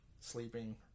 sleeping